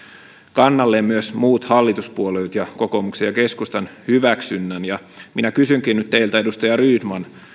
kannalleen myös muut hallituspuolueet ja kokoomuksen ja keskustan hyväksynnän minä kysynkin nyt teiltä edustaja rydman